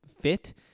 fit